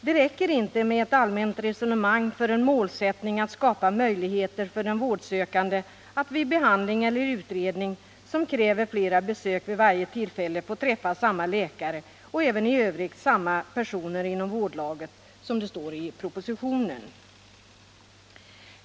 Det räcker inte med ett allmänt resonemang för en målsättning att ”skapa möjligheter för den vårdsökande att vid en behandling eller utredning som kräver flera besök vid varje tillfälle få träffa samma läkare och även i övrigt samma personer inom vårdlaget” — som det står i propositionen.